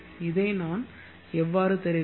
இதை நான் எவ்வாறு தருவேன்